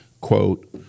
quote